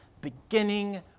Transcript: beginning